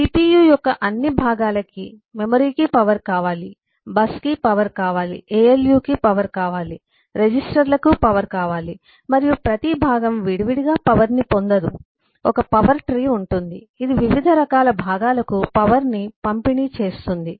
CPU యొక్క అన్ని భాగాలకి మెమరీకి పవర్ కావాలి BUS కి పవర్ కావాలి ALU కి పవర్ కావాలి రిజిస్టర్లకు పవర్ కావాలి మరియు ప్రతి భాగం విడివిడిగా పవర్ ని పొందదు ఒక పవర్ ట్రీ ఉంది ఇది వివిధ రకాల భాగాలకు పవర్ ని పంపిణీ చేస్తుంది